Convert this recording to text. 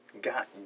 got